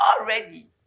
already